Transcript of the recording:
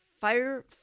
fire